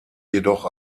jedoch